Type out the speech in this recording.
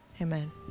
Amen